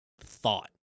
thought